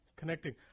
connecting